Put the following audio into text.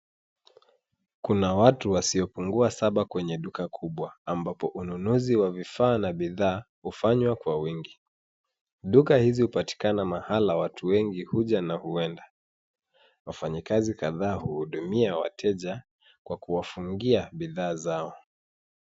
Kuna watu wasiopungua saba kwenye duka kubwa ambapo wanunuzi wa bidhaa na vifaa hufanywa kwa wingi. Duka hizi hupatikana mahala watu wengi huja na huenda. Wafanyikazi kadhaa huhudumia wateja kwa kuwafungia bidhaa zao.